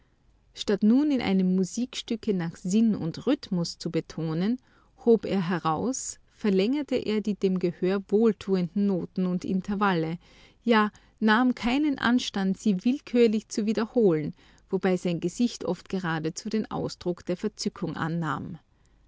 statt nun in einem musikstücke nach sinn und rhythmus zu betonen hob er heraus verlängerte er die dem gehör wohltuenden noten und intervalle ja nahm keinen anstand sie willkürlich zu wiederholen wobei sein gesicht oft geradezu den ausdruck der verzückung annahm